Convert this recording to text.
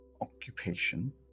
occupation